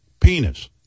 penis